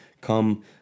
come